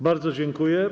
Bardzo dziękuję.